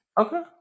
Okay